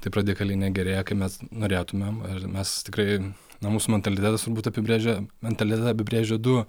taip radikaliai negerėja kaip mes norėtumėm ir mes tikrai na mūsų mentalitetas turbūt apibrėžia mentalitetą apibrėžia du